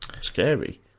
scary